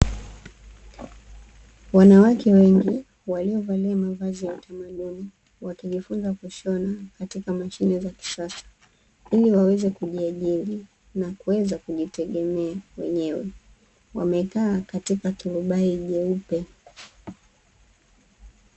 Wanawake wengi waliovalia mavazi ya utamaduni wakijifunza kushona katika mashine za kisasa ili waweze kujiajiri na kuweza kujitegemea wenyewe, wamekaa katika turubai jeupe.